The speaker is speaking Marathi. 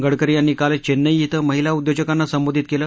गडकरी यांनी काल चेन्नई इथं महिला उद्योजकांना संबोधित केलं